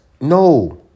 no